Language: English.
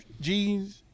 jeans